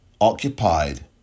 Occupied